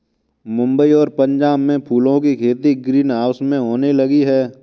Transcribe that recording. मुंबई और पंजाब में फूलों की खेती ग्रीन हाउस में होने लगी है